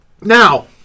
Now